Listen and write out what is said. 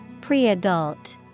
Pre-adult